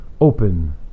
open